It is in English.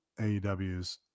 aews